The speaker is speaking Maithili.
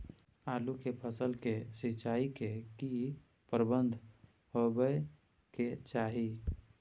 आलू के फसल के सिंचाई के की प्रबंध होबय के चाही?